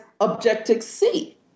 Objective-C